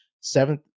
seventh